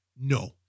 No